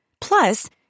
Plus